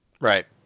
right